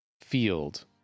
field